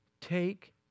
Take